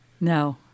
No